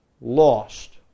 lost